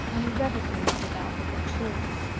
an irrevocableness about it that chilled her.